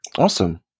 awesome